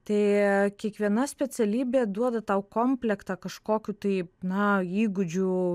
tai kiekviena specialybė duoda tau komplektą kažkokių tai na įgūdžių